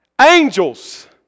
Angels